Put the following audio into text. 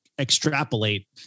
extrapolate